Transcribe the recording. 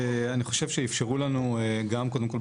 אני חושב שאפשרו לנו גם קודם כל,